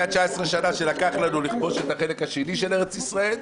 היה 19 שנה שלקח לנו לכבוש את החלק השני של ארץ ישראל.